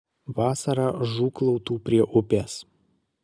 vasarą žūklautų prie upės